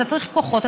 אתה צריך כוחות,